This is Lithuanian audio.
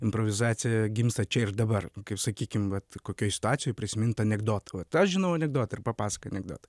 improvizacija gimsta čia ir dabar kaip sakykim vat kokioj situacijoj prisimint anekdotąvat aš žinau anekdotą papasakoji anekdotą